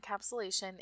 encapsulation